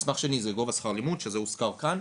מסמך שני זה גובה שכר הלימוד, שזה הוזכר כאן.